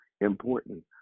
important